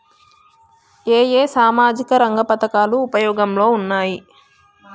ఏ ఏ సామాజిక రంగ పథకాలు ఉపయోగంలో ఉన్నాయి?